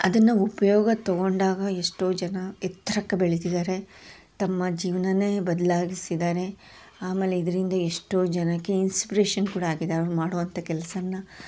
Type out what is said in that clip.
ಅದನ್ನು ಉಪಯೋಗ ತೊಗೊಂಡಾಗ ಎಷ್ಟೋ ಜನ ಎತ್ರಕ್ಕೆ ಬೆಳೀತಿದ್ದಾರೆ ತಮ್ಮ ಜೀವನನೇ ಬದ್ಲಾಗಿಸಿದ್ದಾರೆ ಆಮೇಲೆ ಇದರಿಂದ ಎಷ್ಟೋ ಜನಕ್ಕೆ ಇನ್ಸ್ಪ್ರೇಷನ್ ಕೂಡ ಆಗಿದೆ ಅವ್ರು ಮಾಡುವಂಥ ಕೆಲಸನ್ನ